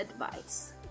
advice